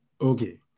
Okay